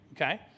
Okay